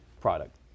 product